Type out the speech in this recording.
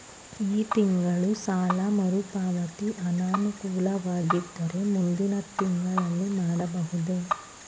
ಈ ತಿಂಗಳು ಸಾಲ ಮರುಪಾವತಿ ಅನಾನುಕೂಲವಾಗಿದ್ದರೆ ಮುಂದಿನ ತಿಂಗಳಲ್ಲಿ ಮಾಡಬಹುದೇ?